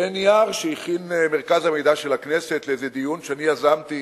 בנייר שהכין מרכז המידע של הכנסת לדיון שיזמתי